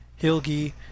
Hilgi